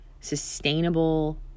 sustainable